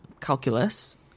calculus